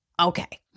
okay